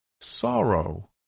sorrow